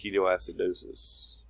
ketoacidosis